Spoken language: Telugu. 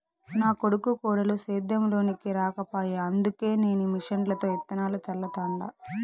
నా కొడుకు కోడలు సేద్యం లోనికి రాకపాయె అందుకే నేను మిషన్లతో ఇత్తనాలు చల్లతండ